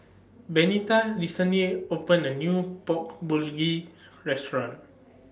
Benita recently opened A New Pork Bulgogi Restaurant